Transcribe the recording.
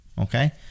Okay